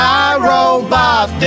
iRobot